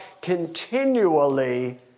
continually